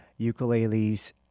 Ukuleles